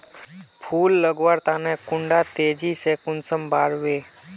फुल लगवार तने कुंडा तेजी से कुंसम बार वे?